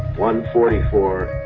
one forty four.